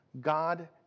God